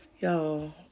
Yo